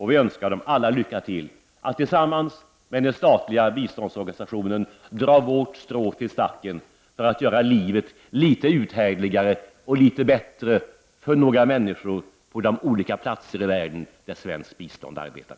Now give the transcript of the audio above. Vi önskar dem alla lycka till att tillsammans med den statliga biståndsorganisationen dra sitt strå till stacken för att göra livet litet uthärdligare och litet bättre för några människor på de olika platser i världen där svenskt bistånd arbetar.